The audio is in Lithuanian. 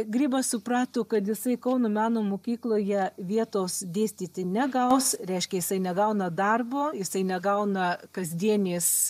grybas suprato kad jisai kauno meno mokykloje vietos dėstyti negaus reiškia jisai negauna darbo jisai negauna kasdienės